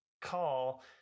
call